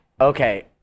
Okay